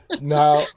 now